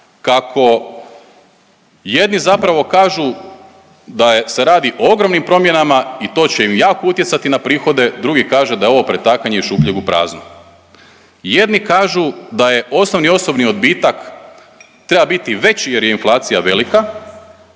kako jedni zapravo kažu da se radi o ogromnim promjenama i to će im jako utjecati na prihode, drugi kažu da je ovo pretakanje iz šupljeg u prazno. Jedni kažu da je osnovni osobni odbitak treba biti veći jer je inflacija velika